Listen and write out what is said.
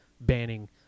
banning